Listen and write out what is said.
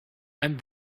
and